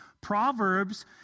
Proverbs